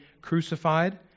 crucified